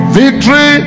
victory